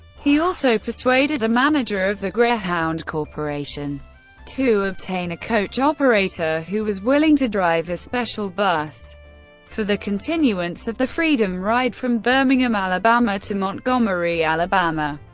he also persuaded a manager of the greyhound corporation to obtain a coach operator who was willing to drive a special bus for the continuance of the freedom ride from birmingham, alabama, to montgomery, alabama,